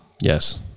Yes